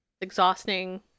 Exhausting